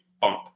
bump